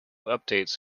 updates